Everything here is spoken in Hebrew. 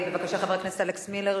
בבקשה, חבר הכנסת אלכס מילר,